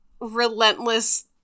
relentless